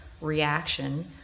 reaction